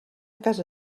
casa